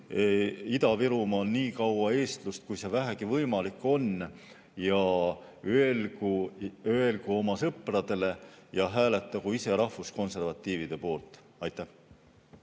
Ida-Virumaal nii kaua eestlust, kui see vähegi võimalik on. Ja öelgu oma sõpradele ja hääletagu ise rahvuskonservatiivide poolt. Aitäh!